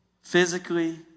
physically